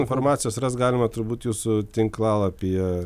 informacijos rast galima turbūt jūsų tinklalapyje